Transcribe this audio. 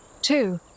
Two